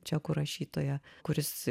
čekų rašytoją kuris